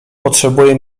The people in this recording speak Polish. potrzebuje